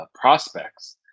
prospects